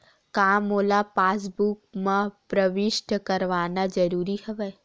का मोला पासबुक म प्रविष्ट करवाना ज़रूरी हवय?